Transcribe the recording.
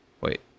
Wait